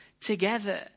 Together